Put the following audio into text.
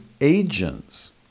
agents